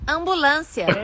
Ambulância